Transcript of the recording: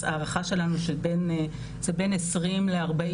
אז ההערכה שלנו היא שזה בין 20 ל-40